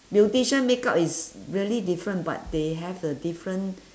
beautician makeup is really different but they have the different